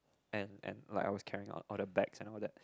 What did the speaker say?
and and like I was carrying all the bags and all that